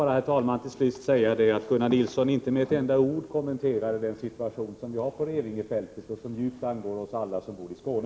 Jag vill till sist säga att Gunnar Nilsson inte med ett enda ord kommenterade situationen på Revingefältet, vilken djupt angår alla oss som bor i Skåne.